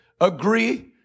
agree